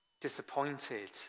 disappointed